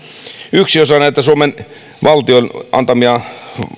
yksi osa näitä suomen valtion antamia